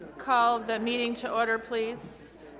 call the meeting to order please.